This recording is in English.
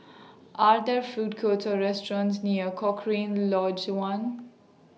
Are There Food Courts Or restaurants near Cochrane Lodge one